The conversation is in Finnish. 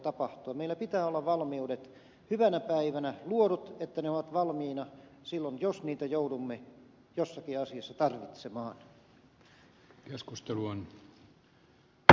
meillä pitää olla valmiudet hyvänä päivänä luodut että ne ovat valmiina silloin jos niitä joudumme jossakin asiassa tarvitsemaan